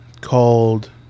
called